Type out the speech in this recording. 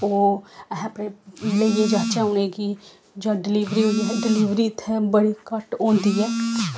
ओह् अस अपने लेइयै जाचै उ'नें गी जां डलीबरी डलीबरी इत्थै बड़ी घट्ट होंदी ऐ